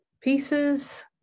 pieces